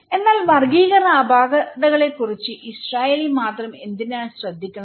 എന്നാൽ വർഗ്ഗീകരണ അപാകതകളെക്കുറിച്ച് ഇസ്രായേലി മാത്രം എന്തിന് ശ്രദ്ധിക്കണം